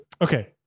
okay